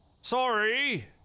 Sorry